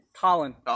Colin